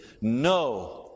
no